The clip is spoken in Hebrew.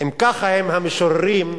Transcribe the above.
אם ככה הם המשוררים,